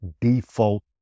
default